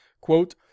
Quote